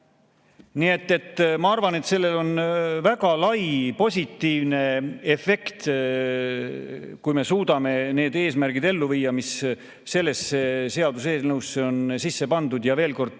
Nii et ma arvan, et sellel on väga lai positiivne efekt, kui me suudame need eesmärgid ellu viia, mis sellesse seaduseelnõusse on sisse pandud. Ja veel kord